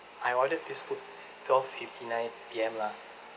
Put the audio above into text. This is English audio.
I ordered this food twelve fifty nine P_M lah